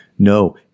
No